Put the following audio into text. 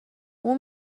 اون